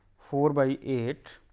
four by eight,